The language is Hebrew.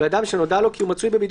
ו"אדם שנודע לו כי הוא מצוי בבידוד"